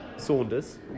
Saunders